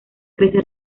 crece